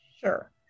sure